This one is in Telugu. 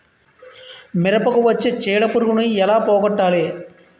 మిరపకు వచ్చే చిడపురుగును ఏల పోగొట్టాలి?